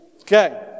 Okay